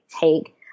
take